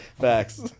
facts